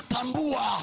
Tambua